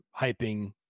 hyping